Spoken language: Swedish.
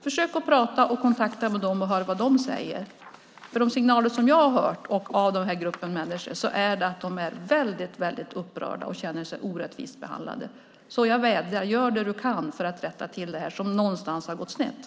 Försök att kontakta dem och hör vad de säger, för de signaler som jag har fått från den gruppen människor är att de är väldigt upprörda och känner sig orättvist behandlade. Så jag vädjar: Gör vad du kan för att rätta till detta som någonstans har gått snett!